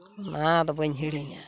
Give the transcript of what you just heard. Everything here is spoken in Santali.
ᱚᱱᱟ ᱫᱚ ᱵᱟᱹᱧ ᱦᱤᱲᱤᱧᱟ